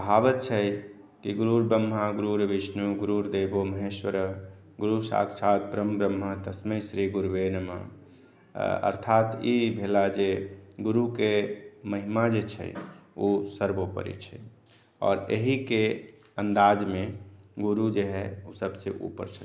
कहावत छै कि गुरुर्ब्रह्मा ग्रुरुर्विष्णुः गुरुर्देवो महेश्वरः गुरुः साक्षात् परम् ब्रह्मः तस्मै श्री गुरवे नमः अर्थात ई भेला जे गुरुके महिमा जे छै ओ सर्वोपरि छै आओर एहिके अन्दाजमे गुरू जे हइ ओ सभसँ ऊपर छथिन